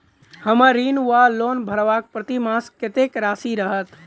हम्मर ऋण वा लोन भरबाक प्रतिमास कत्तेक राशि रहत?